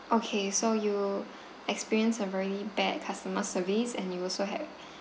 okay so you experienced a very bad customer service and you also had